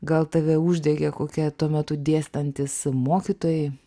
gal tave uždegė kokie tuo metu dėstantys mokytojai